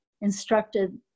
instructed